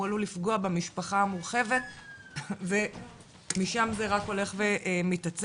הוא עלול לפגוע במשפחה המורחבת ומשם זה רק הולך ומתעצם.